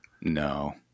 No